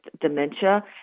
dementia